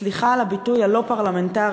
סליחה על הביטוי הלא-פרלמנטרי,